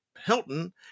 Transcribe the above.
Hilton